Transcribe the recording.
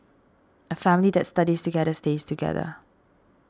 a family that studies together stays together